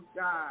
God